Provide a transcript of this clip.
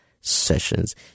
sessions